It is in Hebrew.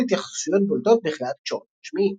להתייחסויות בולטות בכלי התקשורת הרשמיים.